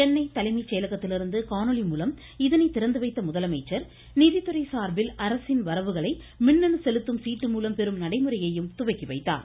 சென்னை தலைமை செயலகத்திலிருந்து காணொலிமூலம் இதனை திறந்துவைத்த முதலமைச்சர் நிதித்துறை சார்பில் அரசின் வரவுகளை மின்னணு செலுத்தும் சீட்டுமூலம் பெறும் நடைமுறையையும் துவக்கி வைத்துள்ளார்